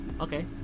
Okay